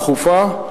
דחופה,